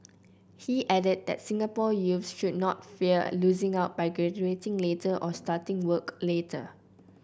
he added that Singapore youths should not fear losing out by graduating later or starting work later